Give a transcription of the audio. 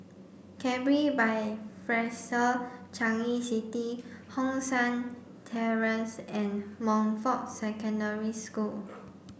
Capri by Fraser Changi City Hong San Terrace and Montfort Secondary School